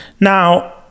Now